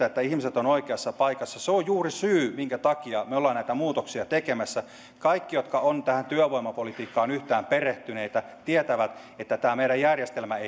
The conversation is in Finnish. että ihmiset ovat oikeassa paikassa on juuri se syy minkä takia me olemme näitä muutoksia tekemässä kaikki jotka ovat tähän työvoimapolitiikkaan yhtään perehtyneitä tietävät että tämä meidän järjestelmämme